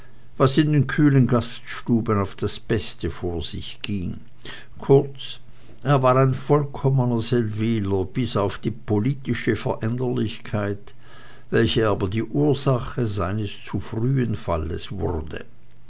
was in den kühlen gaststuben auf das beste vor sich ging kurz er war ein vollkommener seldwyler bis auf die politische veränderlichkeit welche aber die ursache seines zu frühen falles wurde